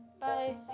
bye